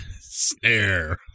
snare